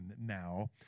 now